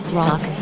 rock